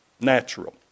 Natural